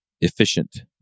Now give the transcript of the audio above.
efficient